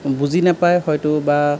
বুজি নাপায় হয়তো বা